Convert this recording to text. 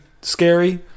scary